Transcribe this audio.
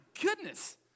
goodness